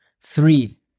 Three